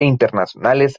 internacionales